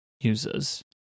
users